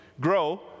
grow